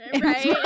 Right